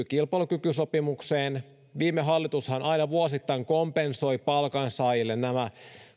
kilpailukykysopimukseen viime hallitushan aina vuosittain kompensoi palkansaajille nämä